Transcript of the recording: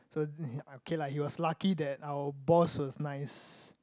so okay lah he was lucky that our boss was nice